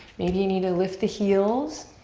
maybe you need to lift the heels.